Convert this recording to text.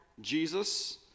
Jesus